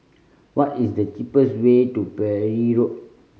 what is the cheapest way to Parry Road